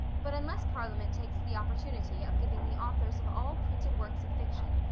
but unless parliament takes the opportunity of giving the authors of all printed works of fiction,